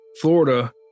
Florida